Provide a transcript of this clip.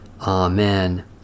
Amen